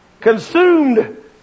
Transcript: Consumed